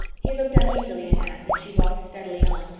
he looked uneasily at anne, as she walked steadily on,